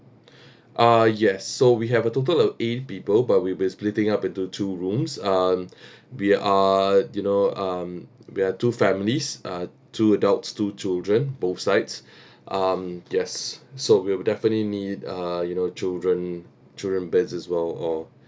uh yes so we have a total of eight people but we'll be splitting up into two rooms um we are you know um we are two families uh two adults two children both sides um yes so we'll definitely need uh you know children children beds as well or